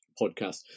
podcast